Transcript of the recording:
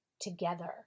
together